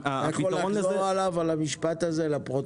תוכל לחזור עליו לפרוטוקול?